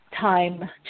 time